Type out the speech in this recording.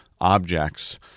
objects